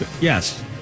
Yes